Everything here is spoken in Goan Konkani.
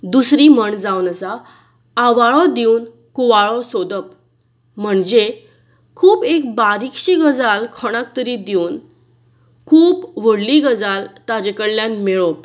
दुसरी म्हण जावन आसा आवाळो दिवन कुवाळो सोदप म्हणजे खूब एक बारीकशी गजाल कोणाक तरी दिवन खूब व्हडली गजाल ताजे कडल्यान मेळोवप